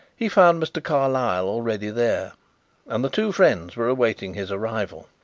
he found mr. carlyle already there and the two friends were awaiting his arrival.